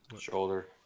shoulder